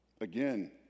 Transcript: again